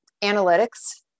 analytics